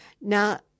Now